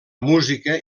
música